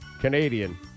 Canadian